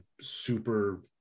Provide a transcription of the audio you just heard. super